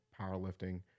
powerlifting